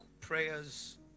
prayers